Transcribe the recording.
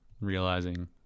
realizing